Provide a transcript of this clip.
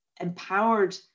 empowered